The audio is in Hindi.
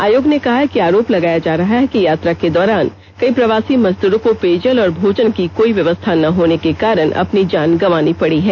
आयोग ने कहा है कि आरोप लगाया जा रहा है कि यात्रा के दौरान कई प्रवासी मजदूरों को पेयजल और भोजन की कोई व्यवस्था न होने के कारण अपनी जान गंवानी पड़ी है